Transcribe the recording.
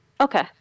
Okay